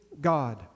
God